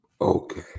okay